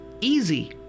Easy